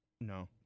No